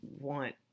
want